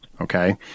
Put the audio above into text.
Okay